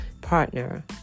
partner